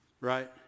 Right